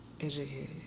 educated